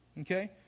okay